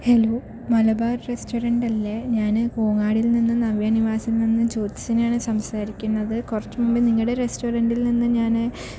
hello Malabar റെസ്റ്ററൻ്റല്ലേ ഞാന് കോവാടിൽ നിന്നും നവ്യനിവാസിൽ നിന്ന് ജ്യോത്സനയാണ് സംസാരിക്കുന്നത് കുറച്ച് മുമ്പേ ഞാൻ നിങ്ങളുടെ റെസ്റ്ററന്റിൽ നിന്നും ഞാന്